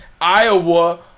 Iowa